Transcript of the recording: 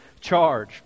charge